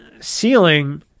ceiling